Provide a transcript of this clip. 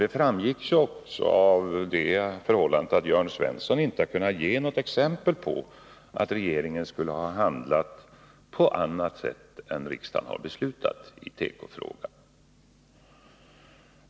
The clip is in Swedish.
Det framgår också av det förhållandet att Jörn Svensson inte har kunnat ge något exempel på att regeringen skulle ha handlat på annat sätt än riksdagen har beslutat i tekofrågan.